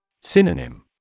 Synonym